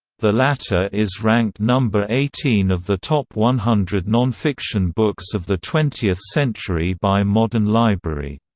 the latter is ranked number eighteen of the top one hundred non-fiction books of the twentieth century by modern library.